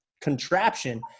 contraption